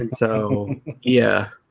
and so yeah